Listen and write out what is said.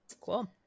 Cool